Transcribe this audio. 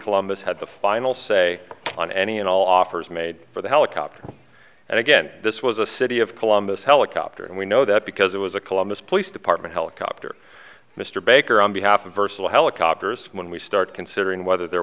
columbus had the final say on any and all offers made for the helicopter and again this was a city of columbus helicopter and we know that because it was a columbus police department helicopter mr baker on behalf of ursula helicopters when we start considering whether there